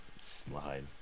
Slide